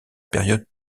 période